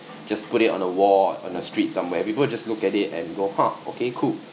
just put it on a wall on the streets somewhere people will just look at it and go !huh! okay cool